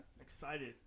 Excited